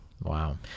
Wow